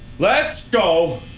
let's go!